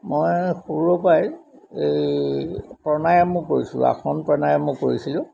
মই সৰুৰে পৰাই এই প্ৰণায়ামো কৰিছো আসন প্ৰণায়ামো কৰিছিলোঁ